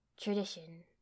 Tradition